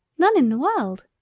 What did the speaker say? none in the world.